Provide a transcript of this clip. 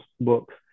books